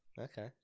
okay